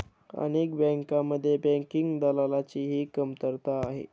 अनेक बँकांमध्ये बँकिंग दलालाची ही कमतरता आहे